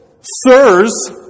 sirs